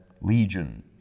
Legion